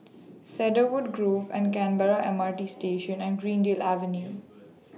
Cedarwood Grove and Canberra M R T Station and Greendale Avenue